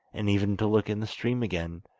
and even to look in the stream again!